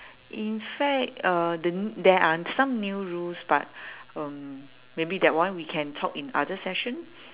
in fact uh the there are some new rules but um maybe that one we can talk in other session